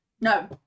no